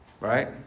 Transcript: Right